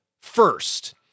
first